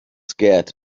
scared